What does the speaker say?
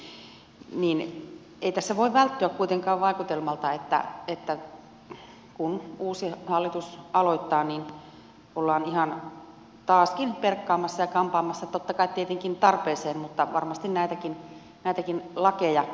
tässä ei voi välttyä vaikutelmalta että kun uusi hallitus aloittaa ollaan taaskin perkaamassa ja kampaamassa totta kai tietenkin tarpeeseen mutta varmasti näitäkin lakeja